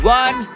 one